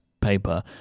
paper